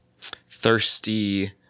thirsty